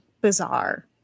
bizarre